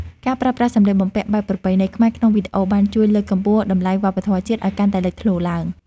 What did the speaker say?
ការប្រើប្រាស់សំលៀកបំពាក់បែបប្រពៃណីខ្មែរក្នុងវីដេអូបានជួយលើកកម្ពស់តម្លៃវប្បធម៌ជាតិឱ្យកាន់តែលេចធ្លោឡើង។